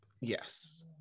yes